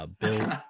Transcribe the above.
Bill